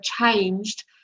changed